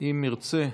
אם ירצה,